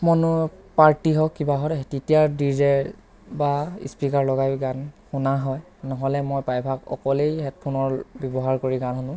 মনোৰ party হওক কিবা হওক তেতিয়া ডি জে বা স্পীকাৰ লগাইয়ো গান শুনা হয় নহ'লে মই প্ৰায়ভাগ অকলেই হেডফোনৰ ব্যৱহাৰ কৰি গান শুনো